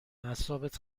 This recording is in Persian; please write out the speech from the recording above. اعصابت